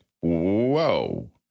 whoa